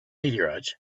meteorites